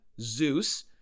Zeus